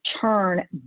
turn